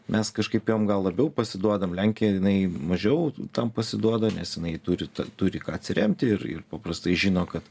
mes kažkaip jom gal labiau pasiduodam lenkija jinai mažiau tam pasiduoda nes jinai turi turi ką atsiremti ir ir paprastai žino kad